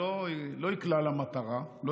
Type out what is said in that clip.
לא יקלע למטרה.